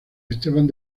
esteban